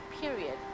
period